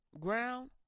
Ground